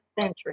century